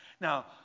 Now